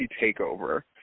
TakeOver